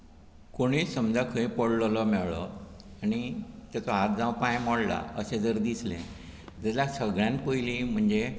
कोणय समजा खंय पडललो मेळ्ळो आनी ताचो हात जावं पांय मोडला अशें जर दिसलें जाल्यार सगळ्यान पयलीं म्हणजे